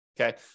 okay